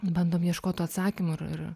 bandom ieškot tų atsakymų ir ir